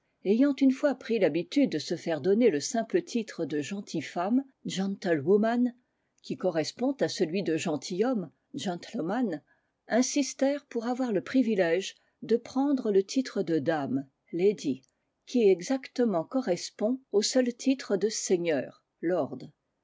ayant une fois pris l'habitude de se faire donner le simple titre de gentille femme gentlewoman qui correspond à celui de gentilhomme gentleman insistèrent pour avoir le privilège de prendre le titre de dame lady i qui exactement correspond au seul titre de seigneur